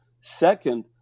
Second